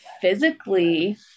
physically